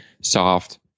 soft